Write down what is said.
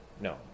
no